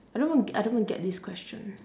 I don't even get I don't even get this question